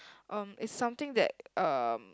um it's something that um